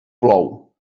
plou